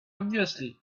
obviously